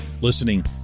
listening